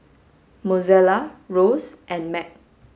Mozella Rose and Mack